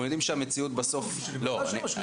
אנחנו יודעים שהמציאות בסוף היא שאין מה לעשות,